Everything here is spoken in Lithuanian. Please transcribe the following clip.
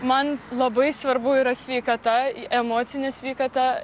man labai svarbu yra sveikata emocinė sveikata